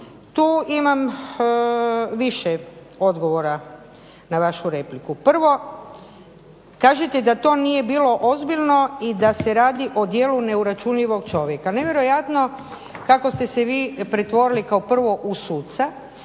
tu imam više odgovora na vašu repliku. Prvo, kažete da to nije bilo ozbiljno i da se radi o djelu neuračunljivog čovjeka. Nevjerojatno kako ste se vi pretvorili kao prvo u suca,